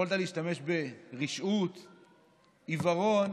יכולת להשתמש ב"רשעות"; "עיוורון"